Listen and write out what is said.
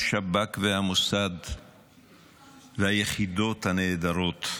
השב"כ והמוסד והיחידות הנהדרות.